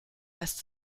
lässt